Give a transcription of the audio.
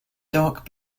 dark